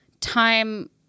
time